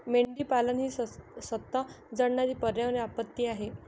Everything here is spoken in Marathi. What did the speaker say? मेंढीपालन ही संथ जळणारी पर्यावरणीय आपत्ती आहे